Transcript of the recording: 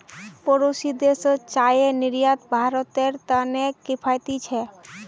पड़ोसी देशत चाईर निर्यात भारतेर त न किफायती छेक